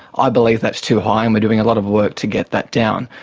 i believe that's too high and we're doing a lot of work to get that down,